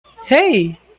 hey